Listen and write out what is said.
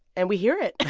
and we hear it